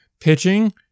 Pitching